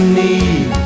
need